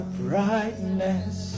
brightness